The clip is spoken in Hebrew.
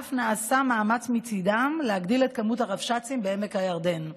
ואף נעשה מאמץ מצידם להגדיל את מספר הרבש"צים בעמק הירדן.